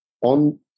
on